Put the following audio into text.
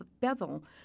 Bevel